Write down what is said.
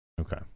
Okay